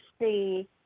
see